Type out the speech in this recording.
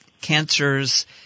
cancers